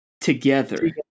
together